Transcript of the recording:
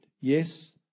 Yes